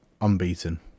unbeaten